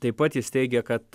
taip pat jis teigė kad